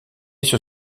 sur